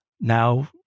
Now